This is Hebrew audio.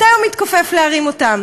מתי הוא מתכופף להרים אותו?